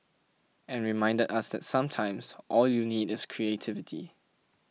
and reminded us that sometimes all you need is creativity